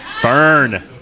Fern